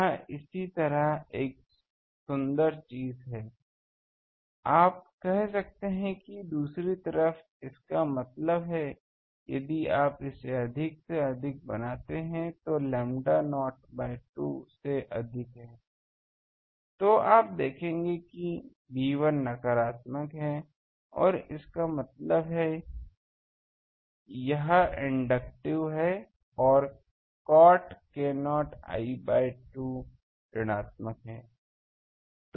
वह इसी तरह एक सुंदर चीज है आप कह सकते हैं कि दूसरी तरफ इसका मतलब है यदि आप इसे अधिक से अधिक बनाते हैं तो l लैम्डा नॉट बाय 2 से अधिक है तो आप देखेंगे कि B1 नकारात्मक है इसका मतलब है यह इंडक्टिव है और cot k0 l बाय 2 ऋणात्मक है